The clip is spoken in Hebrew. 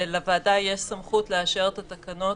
שלוועדה יש סמכות לאשר את התקנות